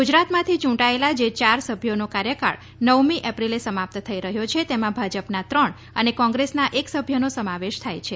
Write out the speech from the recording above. ગુજરાતમાથી ચૂંટાયેલા જે યાર સભ્યોનો કાર્યકાળ નવમી એપ્રિલે સમાપ્ત થઈ રહ્યો છે તેમાં ભાજપના ત્રણ અને કોંગ્રેસના એક સભ્યનો સમાવેશ થાય છે